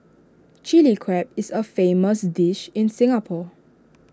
Chilli Crab is A famous dish in Singapore